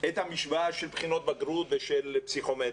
המשוואה של בחינות הבגרות והפסיכומטרי